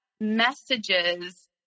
messages